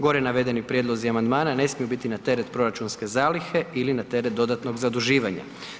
Gore navedeni prijedlozi amandmana ne smiju biti na teret proračunske zalihe ili na teret dodatnog zaduživanja.